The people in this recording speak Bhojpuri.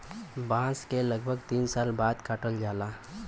बांस के लगभग तीन साल बाद काटल जाला